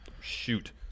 Shoot